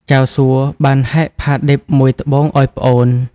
ចៅសួបានហែកផាឌិបមួយត្បូងឱ្យប្អូន។